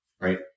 right